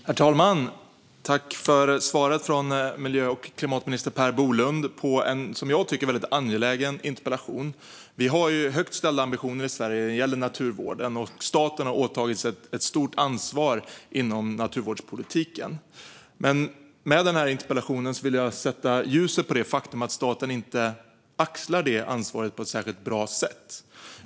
Herr talman! Jag vill tacka miljö och klimatminister Per Bolund för svaret på en, som jag tycker, angelägen interpellation. Vi har högt ställda ambitioner i Sverige när det gäller naturvården, och staten har åtagit sig ett stort ansvar för naturvårdspolitiken. Men med den här interpellationen vill jag sätta ljuset på faktumet att staten inte axlar det ansvaret på ett särskilt bra sätt.